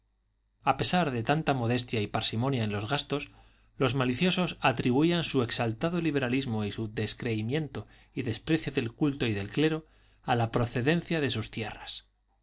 a pesar de tanta modestia y parsimonia en los gastos los maliciosos atribuían su exaltado liberalismo y su descreimiento y desprecio del culto y del clero a la procedencia de sus tierras